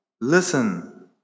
Listen